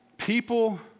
people